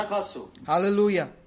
Hallelujah